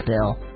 bill